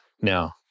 Now